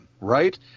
right